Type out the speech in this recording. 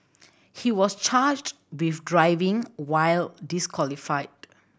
he was charged with driving while disqualified